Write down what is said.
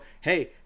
hey